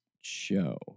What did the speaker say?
show